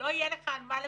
ולך לא יהיה על מה לפקח.